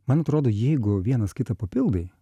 man atrodo jeigu vienas kitą papildai